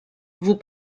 vous